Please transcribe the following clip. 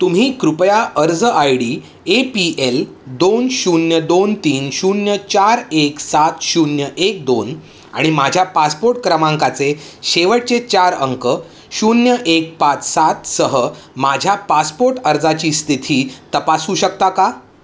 तुम्ही कृपया अर्ज I D A P L दोन शून्य दोन तीन शून्य चार एक सात शून्य एक दोन आणि माझ्या पासपोर्ट क्रमांकाचे शेवटचे चार अंक शून्य एक पाच सातसह माझ्या पासपोर्ट अर्जाची स्थिती तपासू शकता का